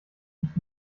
nicht